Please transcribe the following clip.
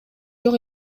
жок